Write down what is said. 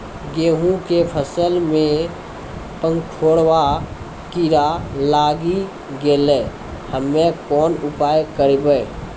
गेहूँ के फसल मे पंखोरवा कीड़ा लागी गैलै हम्मे कोन उपाय करबै?